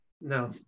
No